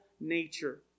nature